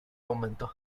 aumentó